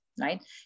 right